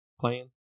playing